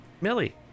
Millie